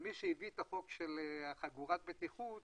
ומי שהביא את החוק לחגירת חגורת בטיחות